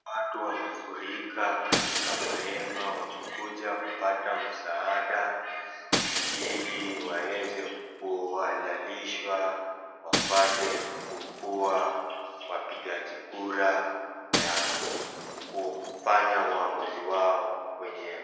watu wamefurika katika mahema wamekuja kupata msaada ili waeze kuhalalishwa wapate kukua wapigaji kura na kufanya uwamuzi wao wenyewe.